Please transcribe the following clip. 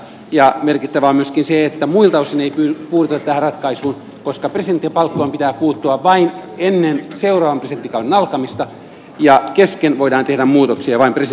merkittävää on myöskin se että muilta osin ei puututa tähän ratkaisuun koska presidentin palkkioon pitää puuttua vain ennen seuraavan presidenttikauden alkamista ja kesken voidaan tehdä muutoksia vain presidentin pyynnöstä